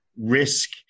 risk